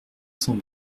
cent